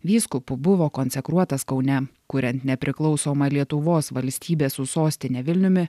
vyskupu buvo konsekruotas kaune kuriant nepriklausomą lietuvos valstybę su sostine vilniumi